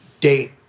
date